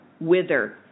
wither